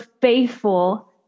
faithful